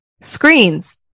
screens